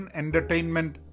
entertainment